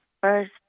first